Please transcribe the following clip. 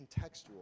contextual